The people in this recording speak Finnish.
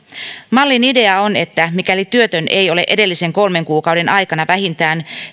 mallin idea on että mikäli työtön ei ole edellisen kolmen kuukauden aikana ollut vähintään